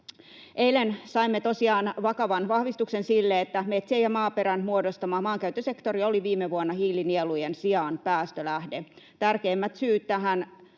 Eilen saimme tosiaan vakavan vahvistuksen sille, että metsien ja maaperän muodostama maankäyttösektori oli viime vuonna hiilinielujen sijaan päästölähde. Tärkeimmät syyt tähän